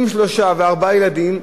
עם שלושה וארבעה ילדים,